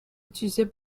utilisé